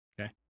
okay